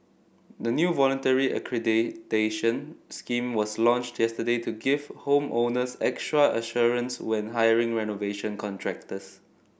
a new voluntary accreditation scheme was launched yesterday to give home owners extra assurance when hiring renovation contractors